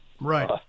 Right